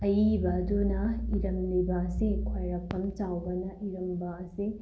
ꯑꯏꯕ ꯑꯗꯨꯅ ꯏꯔꯝꯂꯤꯕ ꯑꯁꯤ ꯈ꯭ꯋꯥꯏꯔꯥꯛꯄꯝ ꯆꯥꯎꯕꯅ ꯏꯔꯝꯕ ꯑꯁꯤ